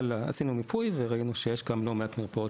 אבל עשינו מיפוי וראינו שיש גם לא מעט מרפאות